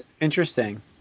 interesting